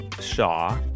Shaw